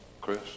Chris